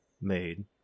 made